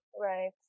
Right